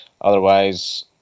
Otherwise